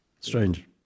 Strange